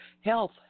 health